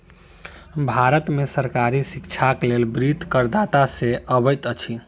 भारत में सरकारी शिक्षाक लेल वित्त करदाता से अबैत अछि